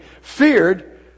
feared